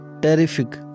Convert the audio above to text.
terrific